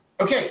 Okay